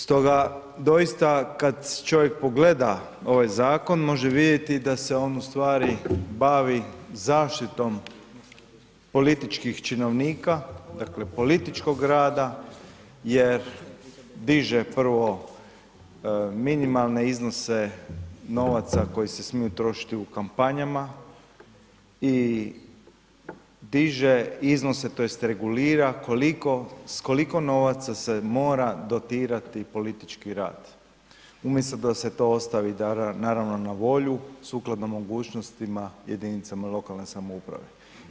Stoga doista kad čovjek pogleda ovaj Zakon, može vidjeti da se on, u stvari, bavi zaštitom političkih činovnika, dakle političkog rada, jer diže prvo minimalne iznose novaca koji se smiju trošiti u kampanjama, i diže iznose to jest regulira koliko, s koliko novaca se mora dotirati politički rad, umjesto da se to ostavi, da, naravno na volju, sukladno mogućnostima jedinicama lokalne samouprave.